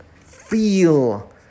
feel